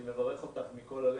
אני מברך אותך מכל הלב,